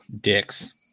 dicks